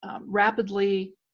Rapidly